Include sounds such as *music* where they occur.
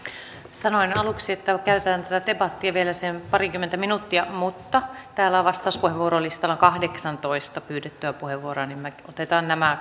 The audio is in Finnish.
sanoin aluksi että käydään tätä debattia vielä se parikymmentä minuuttia mutta täällä on vastauspuheenvuorolistalla kahdeksantoista pyydettyä puheenvuoroa eli otetaan nämä *unintelligible*